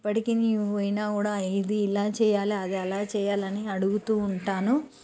ఇప్పటికి నేను పోయినా కూడా ఇది ఇలా చెయ్యాలి అది అలా చెయ్యాలని అడుగుతూ ఉంటాను